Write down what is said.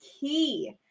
key